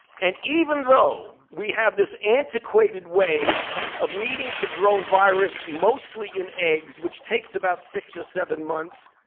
and even though we have this antiquated way of needing to grow virus mostly in eggs, which takes about six or seven months,